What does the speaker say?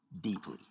deeply